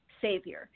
savior